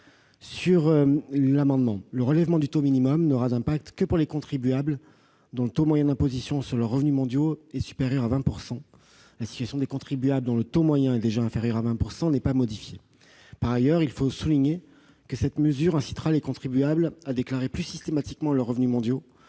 fin de son propos. Le relèvement du taux minimum n'aura d'impact que pour les contribuables dont le taux moyen d'imposition sur les revenus mondiaux est supérieur à 20 %; la situation des contribuables dont le taux moyen est déjà inférieur à 20 % n'est pas modifiée. Par ailleurs, il faut souligner que cette mesure incitera les contribuables à déclarer plus systématiquement leurs revenus mondiaux